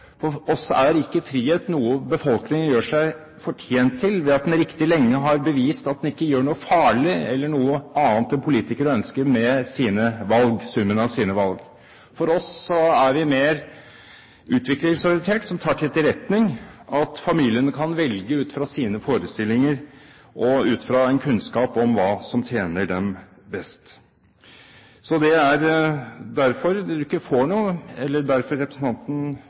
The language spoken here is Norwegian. For oss er ikke frihet noe befolkningen gjør seg fortjent til ved at en riktig lenge har bevist at en ikke gjør noe farlig eller noe annet enn det politikerne ønsker, med summen av sine valg. Vi er mer utviklingsorienterte og tar til etterretning at familiene kan velge ut fra sine forestillinger og ut fra en kunnskap om hva som tjener dem best. Det er derfor representanten Holmås ikke